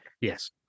yes